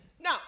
Now